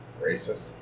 racist